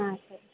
ఆ సరే